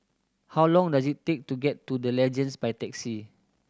how long does it take to get to The Legends by taxi